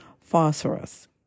phosphorus